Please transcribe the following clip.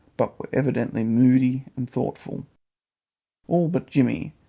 but were evidently moody and thoughtful all but jimmy,